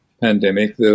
pandemic